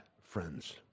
friends